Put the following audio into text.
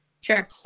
Sure